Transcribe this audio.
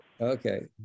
Okay